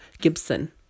Gibson